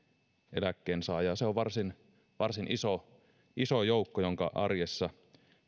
eläkkeensaajaa se on varsin varsin iso iso joukko jonka arjessa